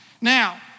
Now